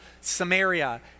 Samaria